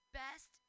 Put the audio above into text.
best